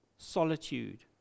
Solitude